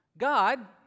God